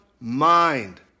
mind